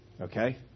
Okay